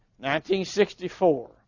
1964